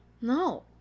No